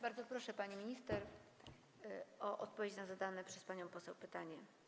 Bardzo proszę, pani minister, o odpowiedź na zadane przez panią poseł pytanie.